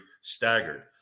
staggered